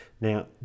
Now